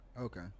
Okay